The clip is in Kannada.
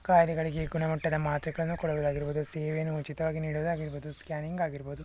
ಕಾಯಿಲೆಗಳಿಗೆ ಗುಣಮಟ್ಟದ ಮಾತ್ರೆಗಳನ್ನು ಕೊಡುವುದಾಗಿರ್ಬೋದು ಸೇವೆಯನ್ನು ಉಚಿತವಾಗಿ ನೀಡೋದಾಗಿರ್ಬೋದು ಸ್ಕ್ಯಾನಿಂಗ್ ಆಗಿರ್ಬೋದು